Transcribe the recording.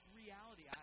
reality